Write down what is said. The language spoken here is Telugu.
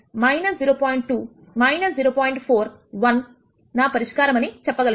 41 నా పరిష్కారమని చెప్పగలను